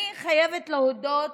אני חייבת להודות